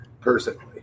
personally